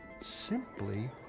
simply